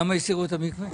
למה הסירו את המקווה?